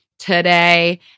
Today